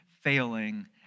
failing